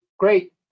Great